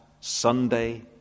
Sunday